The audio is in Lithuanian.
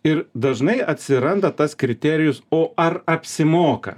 ir dažnai atsiranda tas kriterijus o ar apsimoka